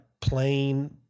plain